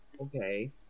okay